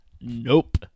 Nope